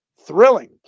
thrilling